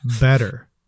better